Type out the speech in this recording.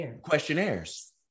questionnaires